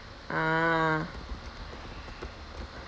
ah